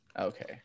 okay